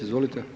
Izvolite.